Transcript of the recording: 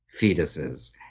fetuses